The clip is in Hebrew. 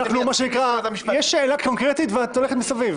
יש שאלה קונקרטית, ואת הולכת מסביב.